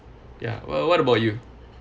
ya what what about you